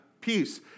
peace